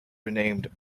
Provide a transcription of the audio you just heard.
renamed